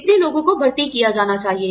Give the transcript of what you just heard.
इतने लोगों को भर्ती किया जाना चाहिए